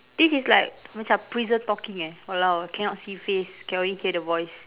this is like macam prison talking eh !walao! cannot see face can only hear the voice